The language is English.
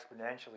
exponentially